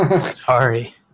Sorry